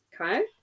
Okay